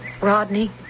Rodney